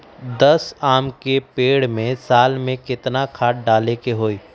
दस आम के पेड़ में साल में केतना खाद्य डाले के होई?